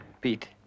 pete